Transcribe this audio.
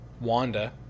Wanda